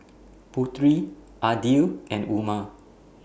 Putri Aidil and Umar